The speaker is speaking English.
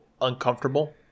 uncomfortable